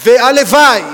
והלוואי,